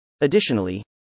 Additionally